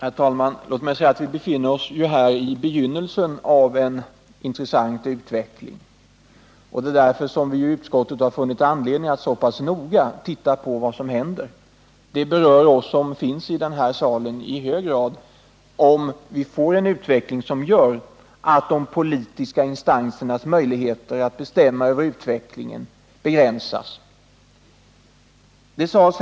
Herr talman! Låt mig säga att vi befinner oss i begynnelsen av en intressant utveckling. Det är därför som vi i utskottet har funnit anledning att så pass noga se på vad som händer. Det berör oss här i salen i hög grad om vi får en utveckling som gör att de politiska instansernas möjligheter att bestämma över utvecklingen begränsas.